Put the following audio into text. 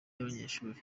y’abanyeshuri